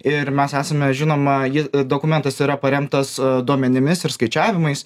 ir mes esame žinoma ji dokumentas yra paremtas duomenimis ir skaičiavimais